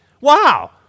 Wow